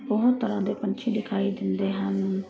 ਬਹੁਤ ਤਰ੍ਹਾਂ ਦੇ ਪੰਛੀ ਦਿਖਾਈ ਦਿੰਦੇ ਹਨ